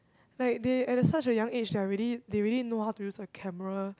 like they at the such a young age they're already they already know how to use the camera